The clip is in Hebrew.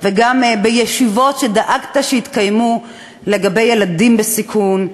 וגם בישיבות שדאגת שיתקיימו לגבי ילדים בסיכון,